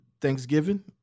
Thanksgiving